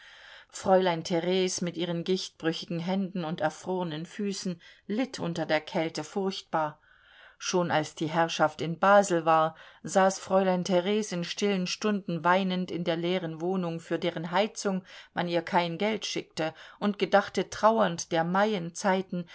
fräulein theres mit ihren gichtbrüchigen händen und erfrorenen füßen litt unter der kälte furchtbar schon als die herrschaft in basel war saß fräulein theres in stillen stunden weinend in der leeren wohnung für deren heizung man ihr kein geld schickte und gedachte trauernd der maienzeiten